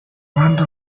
banda